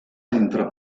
entre